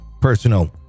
personal